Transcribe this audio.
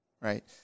right